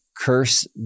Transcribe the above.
curse